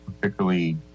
particularly